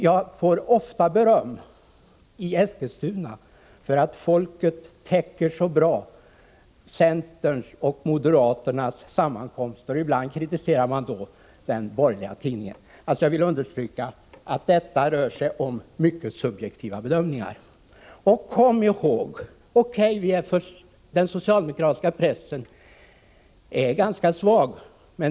Och jag vill tillägga: I Eskilstuna får jag ofta höra beröm för att Folket så bra täcker centerns och moderaternas sammankomster, medan somliga ibland kritiserar den borgerliga tidningen på den punkten. Jag vill alltså understryka att det här rör sig om mycket subjektiva bedömningar. O.K., den socialdemokratiska pressen är ganska svag ekonomiskt.